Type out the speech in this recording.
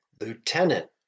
Lieutenant